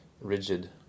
rigid